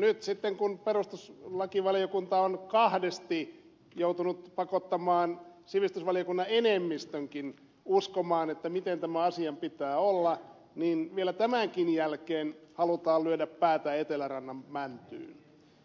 nyt sitten kun perustuslakivaliokunta on kahdesti joutunut pakottamaan sivistysvaliokunnan enemmistönkin uskomaan miten tämän asian pitää olla niin vielä tämänkin jälkeen halutaan lyödä päätä etelärannan välttyi